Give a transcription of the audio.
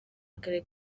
akarere